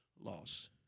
Loss